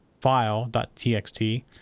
file.txt